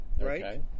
right